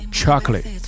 Chocolate 》 （